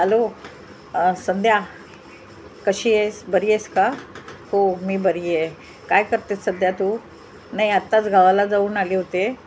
hello Sandhya कशी बरीस का हो मी बरी काय करते सध्या तू नाई आत्ताच गावाला जाऊन आले होते